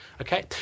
Okay